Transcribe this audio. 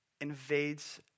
Invades